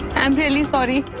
am really sorry.